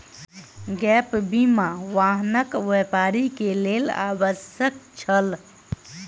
gap बीमा, वाहन व्यापारी के लेल आवश्यक छल